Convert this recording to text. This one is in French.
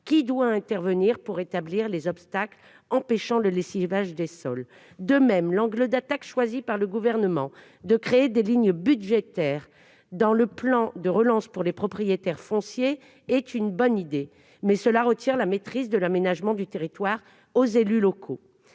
qui doit intervenir pour rétablir les obstacles empêchant le lessivage des sols ? De même, l'angle d'attaque choisi par le Gouvernement de créer des lignes budgétaires dans le plan de relance pour les propriétaires fonciers est une bonne idée. Toutefois, cela retire aux élus locaux la maîtrise de l'aménagement du territoire. Les maires,